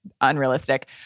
unrealistic